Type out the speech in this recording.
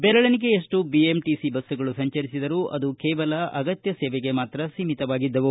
ಬೆರಳೆಣಿಕೆಯಷ್ಟು BMTC ಬಸ್ಗಳು ಸಂಚರಿಸಿದರೂ ಅದು ಕೇವಲ ಅಗತ್ಯ ಸೇವೆಗೆ ಮಾತ್ರ ಸೀಮಿತವಾಗಿದ್ದವು